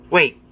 Wait